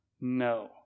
No